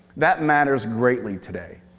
that matters greatly today.